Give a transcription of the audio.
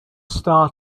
star